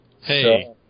Hey